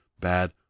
bad